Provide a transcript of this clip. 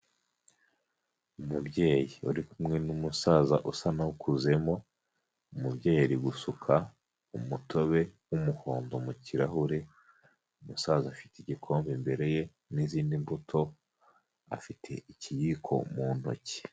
Umubyeyi uri kumwe n'umusaza usa n'ukuzemo, umubyeyi gusuka umutobe w'umuhondo mu kirahure, umusaza afite igikombe imbere ye n'izindi mbuto afite ikiyiko mu ntoki.